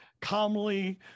calmly